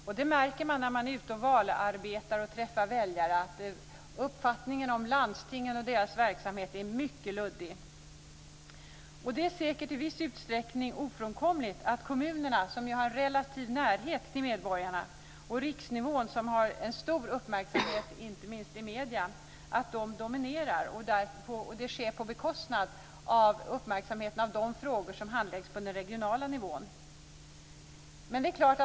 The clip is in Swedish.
Man märker när man är ute och valarbetar och träffar väljare att uppfattningen om landstingen och deras verksamhet är mycket luddig. Det är säkert i viss utsträckning ofrånkomligt att kommunerna, som har en relativ närhet till medborgarna, och riksnivån, som har en stor uppmärksamhet inte minst i medierna, dominerar och att det sker på bekostnad av uppmärksamheten kring de frågor som handläggs på den regionala nivån.